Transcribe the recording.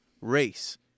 race